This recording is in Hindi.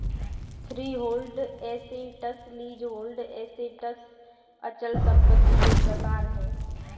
फ्रीहोल्ड एसेट्स, लीजहोल्ड एसेट्स अचल संपत्ति दो प्रकार है